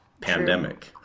pandemic